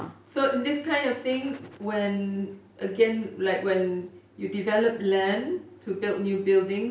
so this kind of thing when again like when you develop land to build new buildings